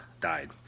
died